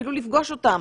אפילו לפגוש אותם,